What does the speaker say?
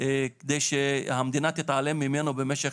בכך שמשרד האוצר ימשיך להתעלם ממנו במשך